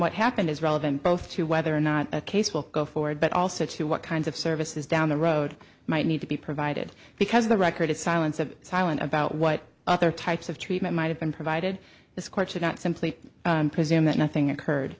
what happened is relevant both to whether or not a case will go forward but also to what kinds of services down the road might need to be provided because the record is silence of silent about what other types of treatment might have been provided this court should not simply presume that nothing occurred